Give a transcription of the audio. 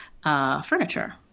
Furniture